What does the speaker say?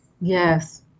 Yes